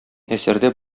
әсәрдә